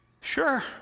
sure